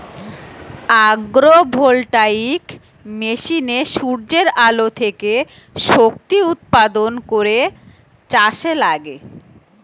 agro voltaic মেশিনে সূর্যের আলো থেকে শক্তি উৎপাদন করে চাষে লাগে